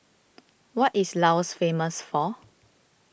what is Laos famous for